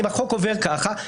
אם החוק עובר כך,